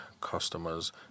customers